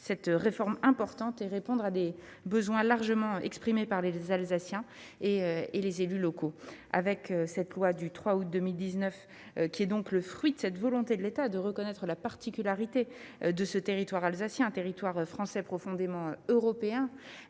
cette réforme importante et répondre à des besoins largement exprimés par les Alsaciens et les élus locaux. La loi du 3 août 2019 est le fruit de la volonté de l'État de reconnaître la particularité de ce territoire alsacien, territoire français profondément européen.